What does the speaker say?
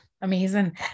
amazing